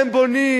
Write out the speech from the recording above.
אתם בונים,